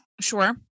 Sure